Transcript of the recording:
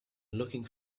looking